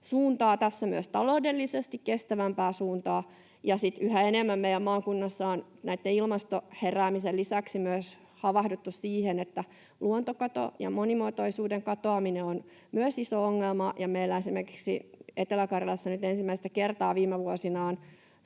tässä myös taloudellisesti kestävämpää suuntaa. Ja sitten yhä enemmän meidän maakunnassamme on tämän ilmastoheräämisen lisäksi havahduttu siihen, että myös luontokato ja monimuotoisuuden katoaminen ovat iso ongelma. Esimerkiksi meillä Etelä-Karjalassa nyt ensimmäistä kertaa viime vuosina